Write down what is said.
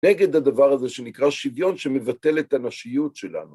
נגד הדבר הזה שנקרא שוויון, שמבטל את הנשיות שלנו.